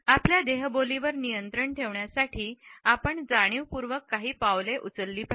आपल्या देहबोलीवर नियंत्रण ठेवण्यासाठी आपण जाणीवपूर्वक काही पावले उचलल्या पाहिजेत